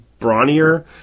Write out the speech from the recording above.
brawnier